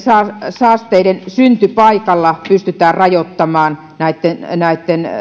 saasteitten syntypaikalla pystytään rajoittamaan näitten näitten